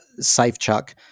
Safechuck